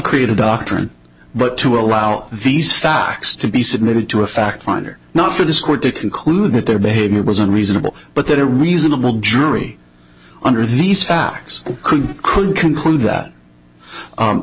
create a doctrine but to allow these facts to be submitted to a fact finder not for this court to conclude that their behavior was unreasonable but that a reasonable jury under these facts could could conclude that